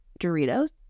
Doritos